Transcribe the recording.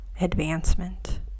advancement